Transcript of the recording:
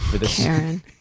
Karen